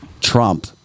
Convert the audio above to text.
trump